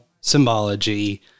symbology